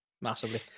Massively